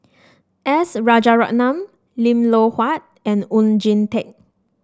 S Rajaratnam Lim Loh Huat and Oon Jin Teik